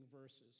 verses